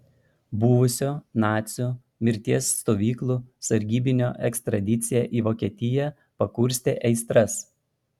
buvusio nacių mirties stovyklų sargybinio ekstradicija į vokietiją pakurstė aistras